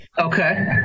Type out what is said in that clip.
Okay